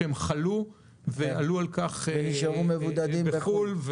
שהם חלו ועלו על כך בחו"ל -- נשארו מבודדים בחו"ל.